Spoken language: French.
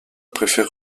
préfère